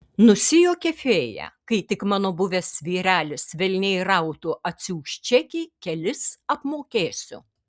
nusijuokė fėja kai tik mano buvęs vyrelis velniai rautų atsiųs čekį kelis apmokėsiu